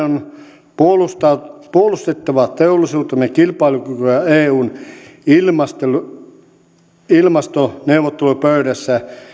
on puolustettava teollisuutemme kilpailukykyä eun ilmastoneuvottelupöydässä